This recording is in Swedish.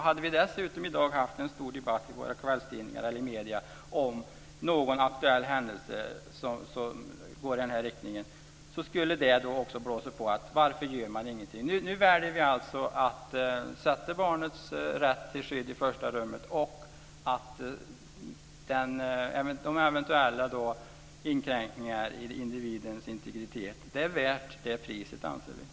Hade vi dessutom i dag haft en stor debatt i våra kvällstidningar eller i medierna i övrigt om någon aktuell händelse i den här riktningen, skulle det nog också blåst under frågan varför man ingenting gör. Nu väljer vi att sätta barnets rätt till skydd i första rummet. De eventuella kränkningar av individens integritet som blir följden anser vi vara värt priset.